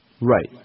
Right